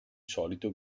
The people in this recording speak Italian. solito